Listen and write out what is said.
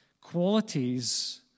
qualities